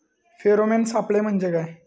Pheromone सापळे म्हंजे काय?